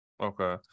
Okay